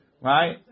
right